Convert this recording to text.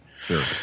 sure